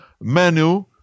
menu